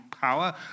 power